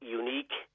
unique